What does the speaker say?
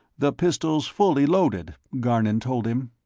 the pistol's fully loaded, garnon told him.